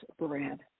bread